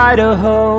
Idaho